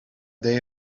day